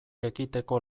ekiteko